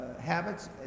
habits